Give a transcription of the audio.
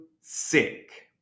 sick